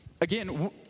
Again